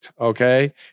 okay